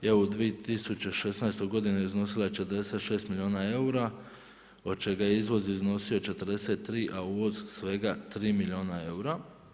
Evo u 2016. godini iznosila je 46 milijuna eura, od čega je izvoz iznosio 43 a uvoz svega 3 milijuna eura.